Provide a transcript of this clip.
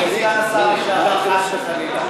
ידידי סגן השר לשעבר, חס וחלילה.